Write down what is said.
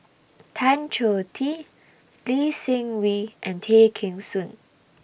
Tan Choh Tee Lee Seng Wee and Tay Kheng Soon